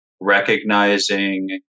recognizing